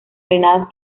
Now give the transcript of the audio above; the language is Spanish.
drenados